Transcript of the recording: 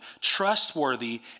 trustworthy